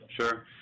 Sure